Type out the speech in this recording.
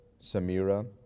Samira